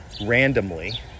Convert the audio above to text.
randomly